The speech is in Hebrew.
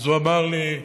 הוא אמר לי: